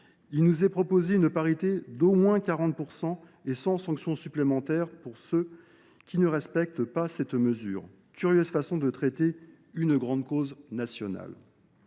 Il nous est proposé une parité d’au moins 40 %, et ce sans sanction supplémentaire à l’encontre de ceux qui ne respecteraient pas cette obligation. Curieuse façon de traiter une grande cause nationale